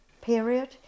period